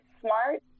smart